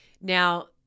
Now